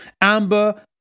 amber